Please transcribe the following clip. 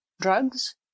drugs